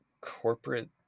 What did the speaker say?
corporate